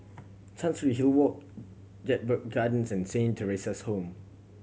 Chancery Hill Walk Jedburgh Gardens and Saint Theresa's Home